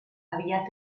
aviat